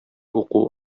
уку